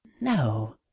No